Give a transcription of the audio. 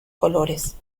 colores